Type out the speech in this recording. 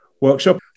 workshop